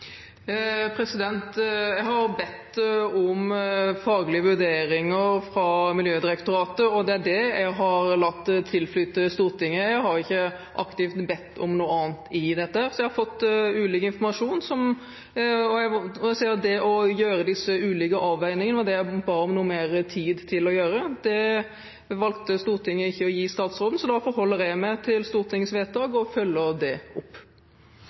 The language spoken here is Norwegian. faglige vurderinger fra Miljødirektoratet, og det er det jeg har latt tilflyte Stortinget. Jeg har ikke aktivt bedt om noe annet i dette, så jeg har fått ulik informasjon, og det var å gjøre disse ulike avveiningene jeg ba om noe mer tid til. Det valgte Stortinget ikke å gi statsråden, så da forholder jeg meg til Stortingets vedtak og følger det opp.